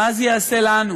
מה זה יעשה לנו?